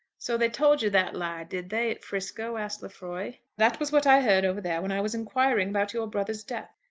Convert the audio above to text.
so they told you that lie did they at frisco? asked lefroy. that was what i heard over there when i was inquiring about your brother's death.